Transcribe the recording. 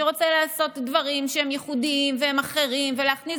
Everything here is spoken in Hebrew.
שרוצה לעשות דברים שהם ייחודיים והם אחרים ולהכניס